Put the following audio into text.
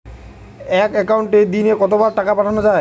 এক একাউন্টে দিনে কতবার টাকা পাঠানো যাবে?